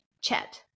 chat